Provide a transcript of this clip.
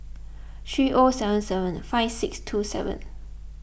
three O seven seven five six two seven